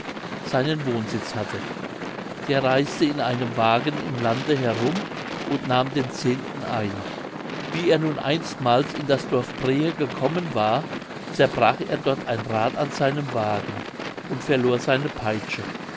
seinen wohnsitz hatte der reisete in einem wagen im lande herum und nahm den zehnten ein wie er nun einstmals in das dorf brehe gekommen war zerbrach er dort ein rad an seinem wagen und verlor seine peitsche